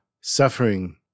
suffering